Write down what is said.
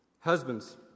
Husbands